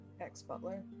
ex-butler